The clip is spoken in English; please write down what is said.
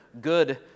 good